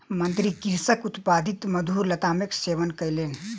मंत्री कृषकक उत्पादित मधुर लतामक सेवन कयलैन